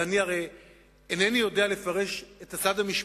ואני הרי אינני יודע לפרש את הצד המשפטי,